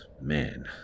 man